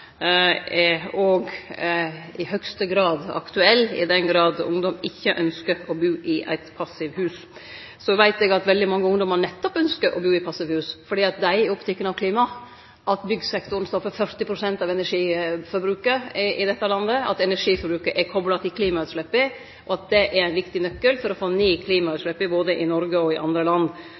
er òg i høgste grad aktuell for ungdom som ikkje ynskjer å bu i eit passivhus. Så veit eg at veldig mange ungdommar nettopp ynskjer å bo i passivhus, fordi dei er opptekne av klimaet. Dei er opptekne av at byggsektoren står for 40 pst. av energiforbruket her i dette landet, at energiforbruket er kopla til klimautsleppet, og at det er ein viktig nøkkel for å få ned klimautsleppa både i Noreg og i andre land.